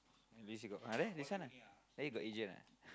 at least you got ah there this one lah then you got agent ah